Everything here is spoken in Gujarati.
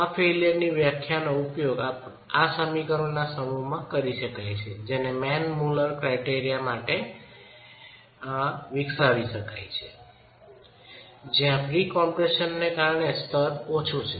આ ફેઇલ્યર ની વ્યાખ્યાનો ઉપયોગ આ સમીકરણોના સમૂહમાં કરી શકાય છે જેને મેન મુલર ક્રાયટેરિયા માટે અગાવ વિકસાવી છે જ્યાં પ્રી કમ્પ્રેશનને કારણે સ્ટ્રેસનું સ્તર ઓછું છે